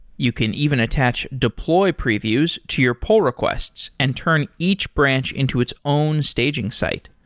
you can even attach deploy previews to your poll requests and turn each branch into its own staging site.